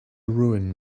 ruin